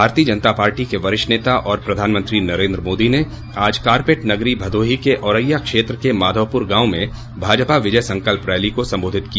भारतीय जनता पार्टी के वरिष्ठ नेता और प्रधानमंत्री नरेन्द्र मोदी ने आज कारपेट नगरी भदोही के औराई क्षेत्र के माधौपुर गांव में भाजपा विजय संकल्प रैली को सम्बोधित किया